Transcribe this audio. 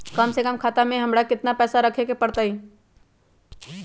कम से कम खाता में हमरा कितना पैसा रखे के परतई?